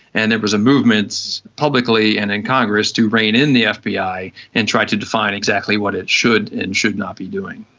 and there was a movement publicly and in congress to rein in the fbi and try to define exactly what it should and should not be doing.